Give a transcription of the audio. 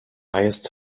highest